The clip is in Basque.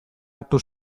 hartu